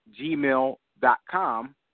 gmail.com